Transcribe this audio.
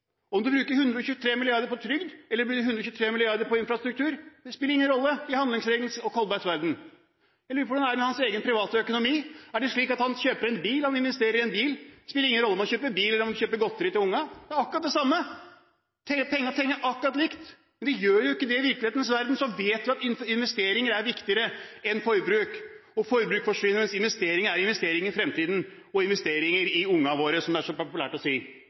Om du bruker 123 mrd. kr på trygd eller bruker 123 mrd. kr på infrastruktur, spiller ingen rolle i handlingsregelens og Kolbergs verden. Jeg lurer på hvordan det er med hans egen private økonomi. Er det slik hvis han investerer i en bil, at det spiller ingen rolle om han kjøper bil eller godteri til ungene, det er akkurat det samme – pengene teller akkurat likt? Men de gjør jo ikke det. I virkelighetens verden vet vi at investeringer er viktigere enn forbruk. Forbruk forsvinner, mens investeringer er investeringer i fremtiden og investeringer i «unga våre», som det er så populært å si.